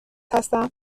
هستم